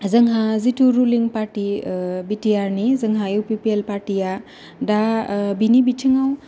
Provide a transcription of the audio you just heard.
जोंहा जिथु रुलिं पार्टि बि टि आर नि जोंहा इउ पि पि एल पार्टिआ दा बिनि बिथिंआव